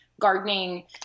gardening